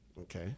okay